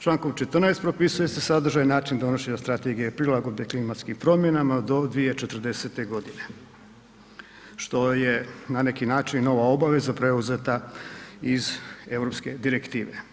Člankom 14. propisuje se sadržaj i način donošenja strategije prilagodbe klimatskim promjenama do 2040. godine što je na neki način nova obveza preuzeta iz europske direktive.